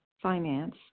Finance